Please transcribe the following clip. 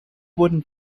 wurden